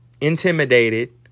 intimidated